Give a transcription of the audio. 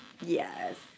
Yes